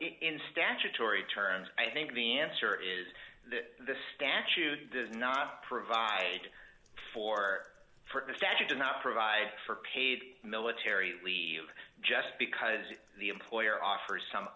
in statutory terms i think the answer is that the statute does not provide for for the statute does not provide for paid military leave just because the employer offers some